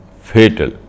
fatal